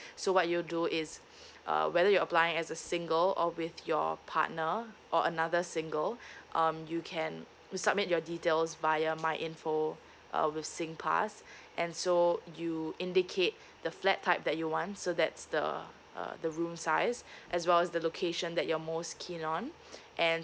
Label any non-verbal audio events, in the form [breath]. so what you'll do is [breath] uh whether you're applying as a single or with your partner or another single um you can you submit your details via my info uh with singpass and so you indicate the flat type that you want so that's the uh the room size as well as the location that you're most keen on [breath] and